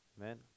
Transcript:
Amen